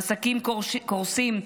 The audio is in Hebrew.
עסקים קורסים,